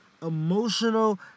emotional